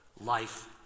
life